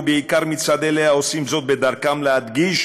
ובעיקר אלה העושים זאת בדרכם להדגיש